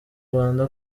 rwanda